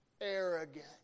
arrogant